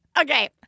Okay